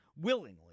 willingly